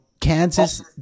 Kansas